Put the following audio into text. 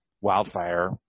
wildfire